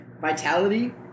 Vitality